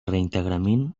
reintegrament